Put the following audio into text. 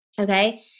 okay